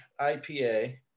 IPA